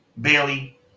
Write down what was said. Bailey